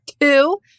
two